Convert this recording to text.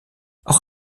auch